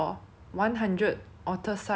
okay that's a quite a funny question right